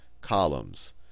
columns